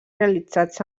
realitzats